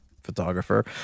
photographer